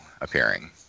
appearing